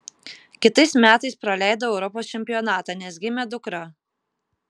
kitais metais praleidau europos čempionatą nes gimė dukra